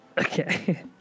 Okay